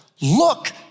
look